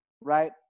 right